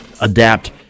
adapt